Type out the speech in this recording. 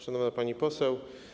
Szanowna Pani Poseł!